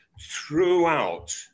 throughout